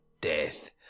death